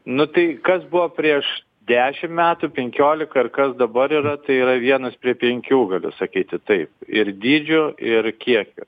nu tai kas buvo prieš dešimt metų penkiolika ir kas dabar yra tai yra vienas prie penkių galiu sakyti taip ir dydžiu ir kiekiu